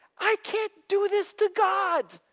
i can't do this to god.